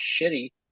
shitty